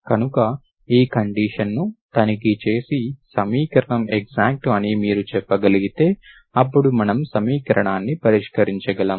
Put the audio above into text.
కనుక ఈ కండిషన్ ను తనిఖీ చేసి సమీకరణం ఎక్సాక్ట్ అని మీరు చెప్పగలిగితే అప్పుడు మనం సమీకరణాన్ని పరిష్కరించగలము